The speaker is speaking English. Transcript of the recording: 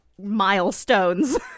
milestones